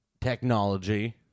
technology